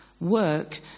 Work